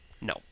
No